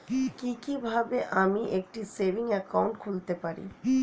কি কিভাবে আমি একটি সেভিংস একাউন্ট খুলতে পারি?